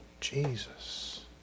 Jesus